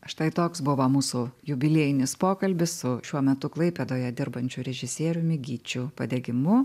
štai toks buvo mūsų jubiliejinis pokalbis su šiuo metu klaipėdoje dirbančiu režisieriumi gyčiu padegimu